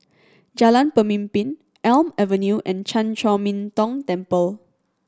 Jalan Pemimpin Elm Avenue and Chan Chor Min Tong Temple